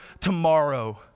tomorrow